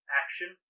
action